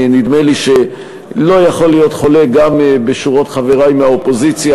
נדמה לי שלא יכול להיות חולק גם בשורות חברי מהאופוזיציה,